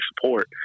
support